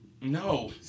no